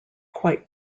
quite